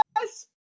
Yes